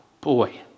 Boy